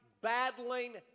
battling